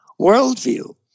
worldview